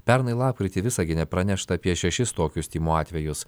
pernai lapkritį visagine pranešta apie šešis tokius tymų atvejus